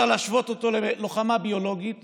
שאפשר להשוות אותו ללוחמה ביולוגית